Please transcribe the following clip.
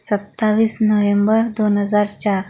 सत्तावीस नोहेंबर दोन हजार चार